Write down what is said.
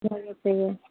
ᱵᱷᱟᱜᱮ ᱛᱮᱜᱮ